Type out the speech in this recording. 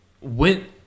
went